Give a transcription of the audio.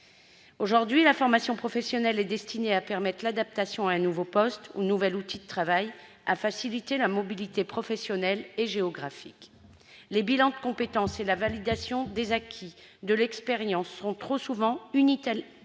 Aujourd'hui, la formation professionnelle est destinée à permettre l'adaptation à un nouveau poste ou à un nouvel outil de travail, à faciliter la mobilité professionnelle et géographique. Les bilans de compétences et la validation des acquis de l'expérience sont trop souvent unilatéralement